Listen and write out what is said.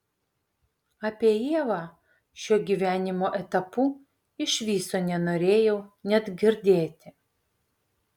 apie ievą šiuo gyvenimo etapu iš viso nenorėjau net girdėti